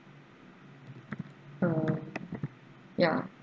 uh ya